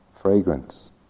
fragrance